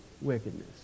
wickedness